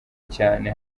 cane